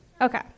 Okay